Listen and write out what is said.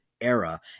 era